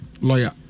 Lawyer